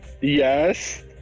Yes